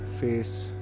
face